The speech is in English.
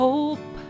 Hope